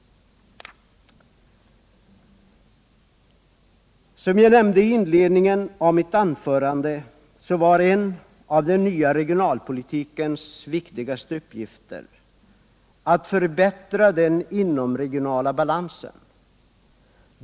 Som jag nämnde i inledningen till mitt anförande var en av den nya regionalpolitikens viktigaste uppgifter att förbättra den inomregionala balansen.